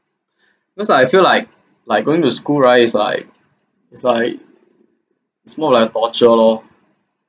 because I feel like like going to school right is like is like is more like a torture lor